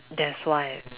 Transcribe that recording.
that's why